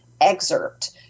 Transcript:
excerpt